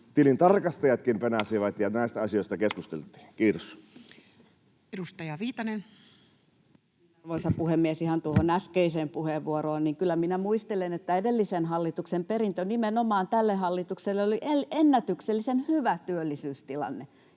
tilintarkastajatkin penäsivät, ja näistä asioista keskusteltiin. — Kiitos. Edustaja Viitanen. Arvoisa puhemies! Ihan tuohon äskeiseen puheenvuoroon. Kyllä minä muistelen, että edellisen hallituksen perintö nimenomaan tälle hallitukselle oli ennätyksellisen hyvä työllisyystilanne.